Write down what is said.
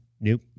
Nope